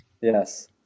Yes